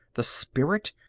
the spirit,